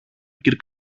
κυρ